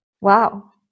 wow